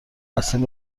هستیم